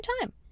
time